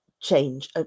change